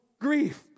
grief